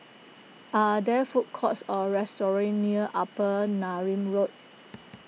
are there food courts or restaurants near Upper Neram Road